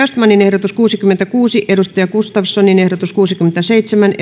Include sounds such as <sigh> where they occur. östmanin ehdotus kuusikymmentäkuusi jukka gustafssonin ehdotus kuusikymmentäseitsemän <unintelligible>